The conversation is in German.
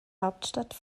hauptstadt